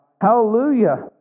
Hallelujah